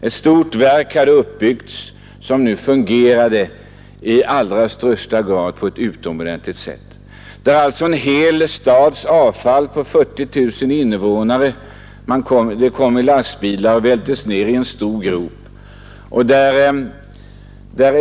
Ett stort verk hade byggts upp och det fungerade på ett utomordentligt sätt. Avfall från en stad med 40 000 invånare forslades med lastbilar till en stor anläggning.